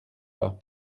pas